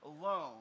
alone